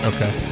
Okay